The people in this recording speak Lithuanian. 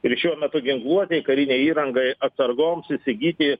ir šiuo metu ginkluotei karinei įrangai atsargoms įsigyti